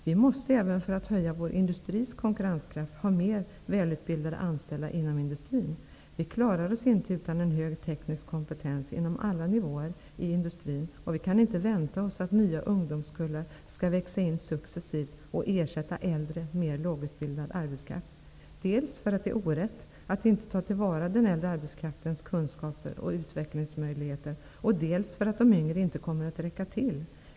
Vi måste även för att höja vår industris konkurrenskraft ha mer välutbildade anställda inom industrin. Vi klarar oss inte utan en hög teknisk kompetens inom alla nivåer i industrin. Vi kan inte vänta oss att nya ungdomskullar skall växa in successivt och ersätta äldre lågutbildad arbetskraft. Det här gäller dels för att det är orätt att inte ta till vara den äldre arbetskraftens kunskaper och utvecklingsmöjligheter, dels för att de yngre inte kommer att räcka till.